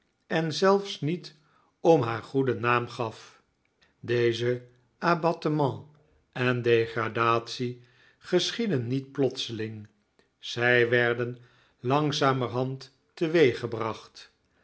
en zelfs niet om haar goeden naam gaf deze abattement en degradatie geschiedden niet plotseling zij werden langzamerhand teweeggebracht